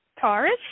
Taurus